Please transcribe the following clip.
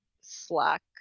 slack